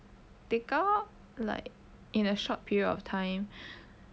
take out like in a short period of time